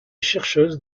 chercheuse